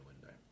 window